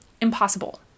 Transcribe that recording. impossible